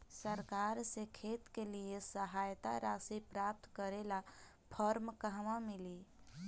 सरकार से खेत के लिए सहायता राशि प्राप्त करे ला फार्म कहवा मिली?